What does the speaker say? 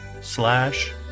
slash